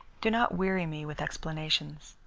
do not weary me with explanations.